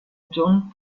john